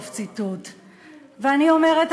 ואני אומרת,